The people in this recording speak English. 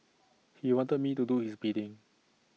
he wanted me to do his bidding